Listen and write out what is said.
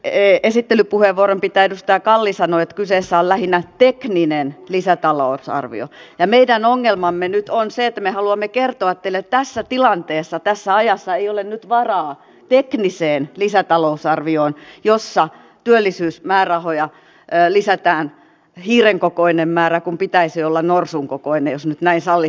täällä esittelypuheenvuoron pitäjä edustaja kalli sanoi että kyseessä on lähinnä tekninen lisätalousarvio ja meidän ongelmamme nyt on se että me haluamme kertoa teille että tässä tilanteessa tässä ajassa ei ole nyt varaa tekniseen lisätalousarvioon jossa työllisyysmäärärahoja lisätään hiiren kokoinen määrä kun pitäisi olla norsun kokoinen jos nyt näin sallitte tämän kielikuvan